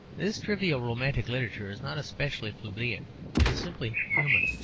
this trivial romantic literature is not especially plebeian it is simply human.